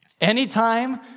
anytime